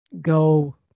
go